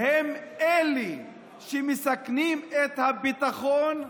הם אלה שמסכנים את הביטחון,